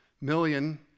million